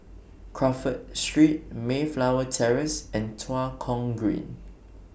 Crawford Street Mayflower Terrace and Tua Kong Green